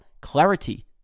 Clarity